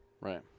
Right